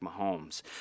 Mahomes